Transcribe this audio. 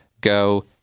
go